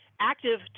active